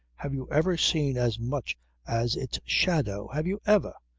have you ever seen as much as its shadow? have you ever?